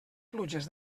pluges